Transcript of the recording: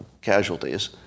casualties